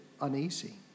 uneasy